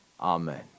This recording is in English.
Amen